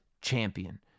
champion